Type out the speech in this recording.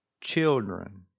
children